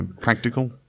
practical